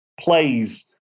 plays